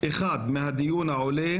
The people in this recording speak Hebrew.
אחד הדברים המרכזיים,